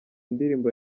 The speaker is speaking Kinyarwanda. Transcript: ndirimbo